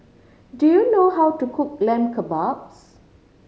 do you know how to cook Lamb Kebabs